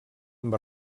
amb